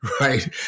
right